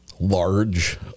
large